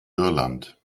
irland